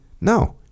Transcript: No